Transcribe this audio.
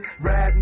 Right